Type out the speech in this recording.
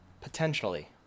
potentially